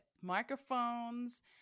microphones